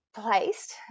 placed